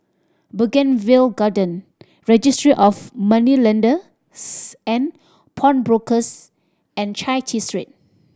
Bougainvillea Garden Registry of Moneylenders and Pawnbrokers and Chai Chee Street